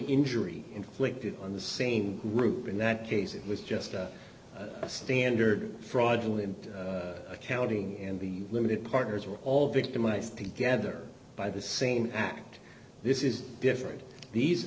injury inflicted on the same group in that case it was just a standard fraudulent accounting and the limited partners were all victimized together by the same act this is different these